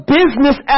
business